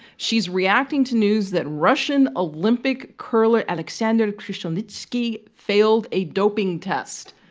she's reacting to news that russian olympic curler aleksandr krushelnitckii failed a doping test.